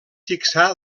fixà